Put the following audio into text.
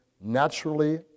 naturally